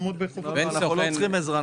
אנחנו לא צריכים עזרה.